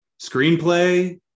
Screenplay